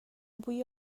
بوی